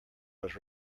was